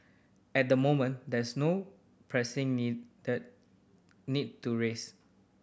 at the moment there's no pressing need to raise